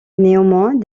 néanmoins